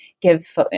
give